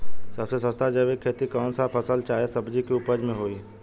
सबसे सस्ता जैविक खेती कौन सा फसल चाहे सब्जी के उपज मे होई?